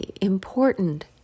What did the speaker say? important